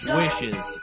wishes